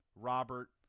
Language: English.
Robert